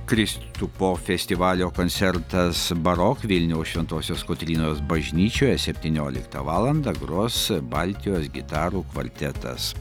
kristupo festivalio koncertas barok vilniaus šventosios kotrynos bažnyčioje septynioliktą valandą gros baltijos gitarų kvartetas